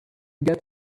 get